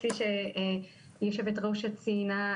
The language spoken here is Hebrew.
כפי שיושבת הראש ציינה,